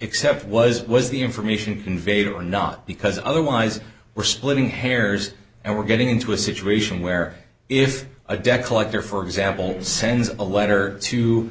accept was was the information conveyed or not because otherwise we're splitting hairs and we're getting into a situation where if a debt collector for example sends a letter to